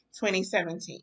2017